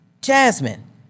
Jasmine